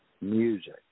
music